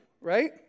right